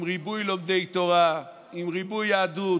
עם ריבוי לומדי תורה, עם ריבוי יהדות,